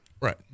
right